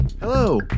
Hello